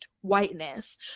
whiteness